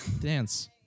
Dance